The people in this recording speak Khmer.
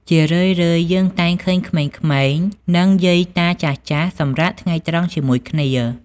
ជារឿយៗ យើងតែងឃើញ ក្មេងៗ និងយាយតាចាស់ៗសម្រាកថ្ងៃត្រង់ជាមួយគ្នា។